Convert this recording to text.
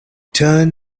turn